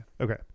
okay